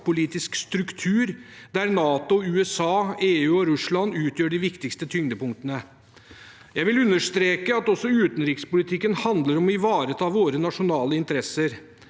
maktpolitisk struktur der NATO, USA, EU og Russland utgjør de viktigste tyngdepunktene. Jeg vil understreke at også utenrikspolitikken handler om å ivareta våre nasjonale interesser